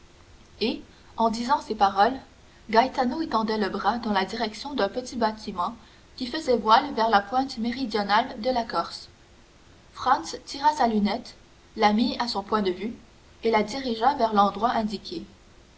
et en disant ces paroles gaetano étendait le bras dans la direction d'un petit bâtiment qui faisait voile vers la pointe méridionale de la corse franz tira sa lunette la mit à son point de vue et la dirigea vers l'endroit indiqué